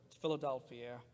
philadelphia